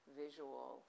visual